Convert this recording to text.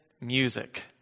music